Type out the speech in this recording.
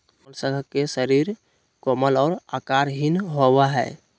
Mollusca के शरीर कोमल और आकारहीन होबय हइ